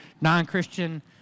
non-Christian